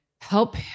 help